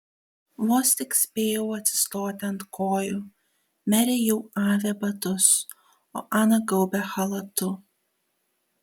vos tik spėjau atsistoti ant kojų merė jau avė batus o ana gaubė chalatu